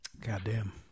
Goddamn